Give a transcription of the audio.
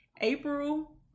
April